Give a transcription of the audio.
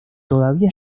todavía